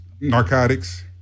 narcotics